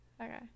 Okay